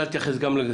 להבנתי.